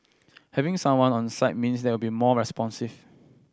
having someone on site means there will be more responsive